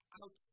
out